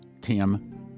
tim